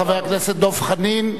חבר הכנסת דב חנין,